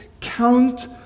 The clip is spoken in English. count